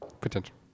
potential